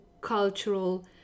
cultural